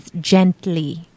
Gently